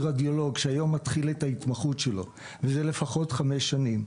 רדיולוג שהיום מתחיל את ההתמחות שלו לפחות חמש שנים,